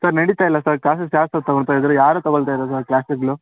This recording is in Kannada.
ಸರ್ ನಡೀತಾ ಇಲ್ಲ ಸರ್ ಕ್ಲಾಸಸ್ ಯಾರು ಸರ್ ತಗೊಳ್ತಾ ಇದಾರೆ ಯಾರೂ ತಗೊಳ್ತಾ ಇಲ್ಲ ಸರ್ ಕ್ಲಾಸುಗಳು